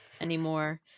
anymore